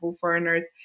foreigners